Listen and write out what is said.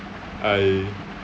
I